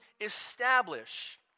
establish